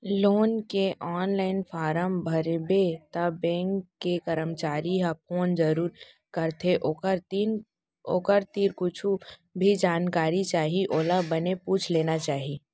loan के online form भरबे त बेंक के करमचारी ह फोन जरूर करथे ओखर तीर कुछु भी जानकारी चाही ओला बने पूछ लेना चाही